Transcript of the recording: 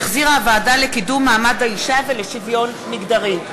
שהחזירה הוועדה לקידום מעמד האישה ולשוויון מגדרי,